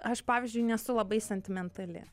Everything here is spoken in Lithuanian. aš pavyzdžiui nesu labai sentimentali